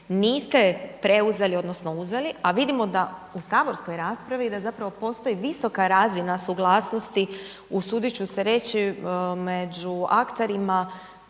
niste preuzeli odnosno uzeli, a vidimo da u saborskoj raspravi da zapravo postoji visoka razina suglasnosti, usudit ću se reći, među akterima,